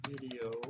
video